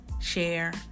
share